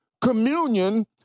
Communion